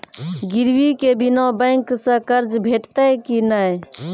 गिरवी के बिना बैंक सऽ कर्ज भेटतै की नै?